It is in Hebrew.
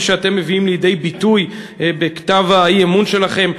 כפי שאתם מביאים לידי ביטוי בכתב האי-אמון שלכם.